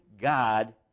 God